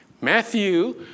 Matthew